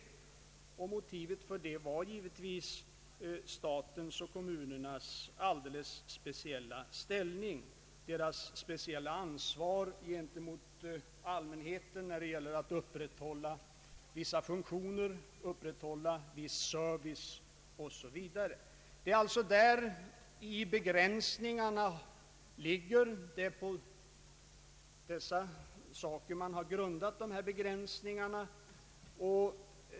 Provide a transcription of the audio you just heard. Motivet för detta var givetvis statens och kommunernas alldeles speciella ställning, deras speciella ansvar gentemot allmänheten när det gäller att upprätt hålla vissa funktioner, viss service osv. Det är alltså detta begränsningarna bottnar i.